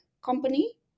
company